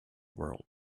world